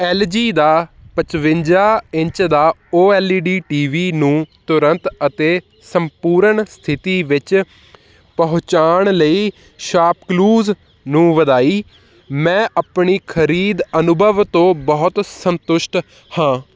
LG ਦਾ ਪਚਵਿੰਜਾ inch ਦਾ O L E D T V ਨੂੰ ਤੁਰੰਤ ਅਤੇ ਸੰਪੂਰਨ ਸਥਿਤੀ ਵਿੱਚ ਪਹੁੰਚਾਉਣ ਲਈ ਸ਼ਾਪ ਕਲੂਜ਼ ਨੂੰ ਵਧਾਈ ਮੈਂ ਆਪਣੀ ਖਰੀਦ ਅਨੁਭਵ ਤੋਂ ਬਹੁਤ ਸੰਤੁਸ਼ਟ ਹਾਂ